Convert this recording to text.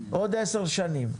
עוד עשר שנים,